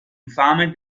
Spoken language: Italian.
infame